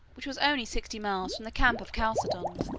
which was only sixty miles from the camp of chalcedon,